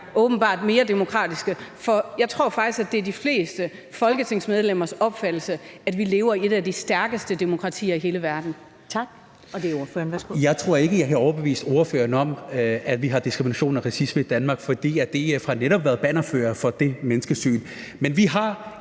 åbenbart – mere demokratiske? For jeg tror faktisk, at det er de fleste folketingsmedlemmers opfattelse, at vi lever i et af de stærkeste demokratier i hele verden. Kl. 21:39 Første næstformand (Karen Ellemann): Tak. Og det er ordføreren. Værsgo. Kl. 21:39 Sikandar Siddique (UFG): Jeg tror ikke, jeg kan overbevise ordføreren om, at vi har diskrimination og racisme i Danmark, for DF har netop været bannerfører for det menneskesyn. Men vi har